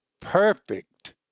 perfect